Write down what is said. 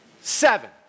Seven